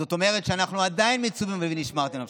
זאת אומרת שאנחנו עדיין מצווים ל"נשמרתם לנפשותיכם".